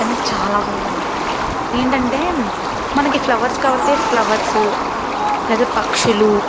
కానీ చాలా బాగున్నాయి ఏంటంటే మనకి ఫ్లవర్స్ కావల్తే ఫ్లవర్స్ లేదా పక్షులు